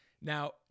Now